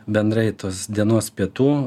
bendrai dienos pietų